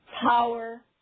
power